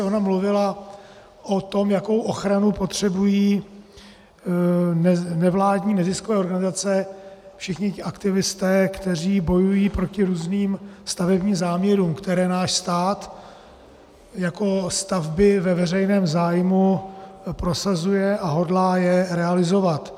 Ona mluvila o tom, jakou ochranu potřebují nevládní neziskové organizace, všichni ti aktivisté, kteří bojují proti různým stavebním záměrům, které náš stát jako stavby ve veřejném zájmu prosazuje a hodlá je realizovat.